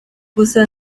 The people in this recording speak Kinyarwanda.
gusa